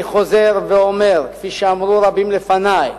אני חוזר ואומר, כפי שאמרו רבים לפני: